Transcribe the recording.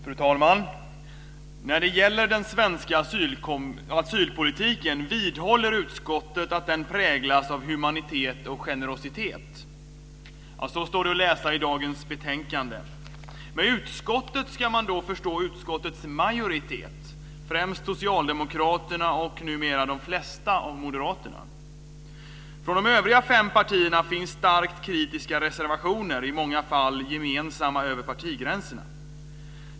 Fru talman! "När det gäller den svenska asylpolitiken vidhåller utskottet att den präglas av humanitet och generositet." Så står det att läsa i dagens betänkande. Med utskottet ska man då förstå utskottets majoritet - främst socialdemokraterna och numera de flesta av moderaterna. Från de övriga fem partierna finns starkt kritiska reservationer, i många fall gemensamma över partigränserna.